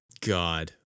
God